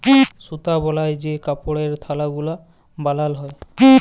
সুতা বালায় যে কাপড়ের থাল গুলা বালাল হ্যয়